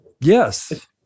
Yes